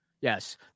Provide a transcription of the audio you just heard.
Yes